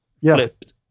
flipped